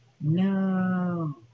No